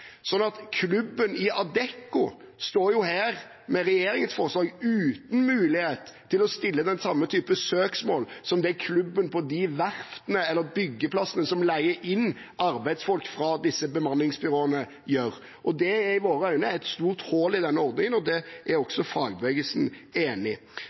Klubben i Adecco står jo her, med regjeringens forslag, uten mulighet til å reise den samme typen søksmål som det klubben på de verftene eller byggeplassene som leier inn arbeidsfolk fra disse bemanningsbyråene, gjør. Det er i våre øyne et stort hull i denne ordningen, og det er også fagbevegelsen enig